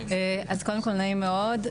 אז קודם כל נעים מאוד.